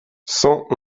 cent